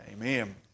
amen